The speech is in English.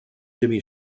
jimmy